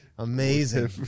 amazing